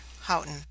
Houghton